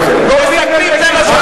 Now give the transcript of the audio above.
חבר הכנסת פיניאן,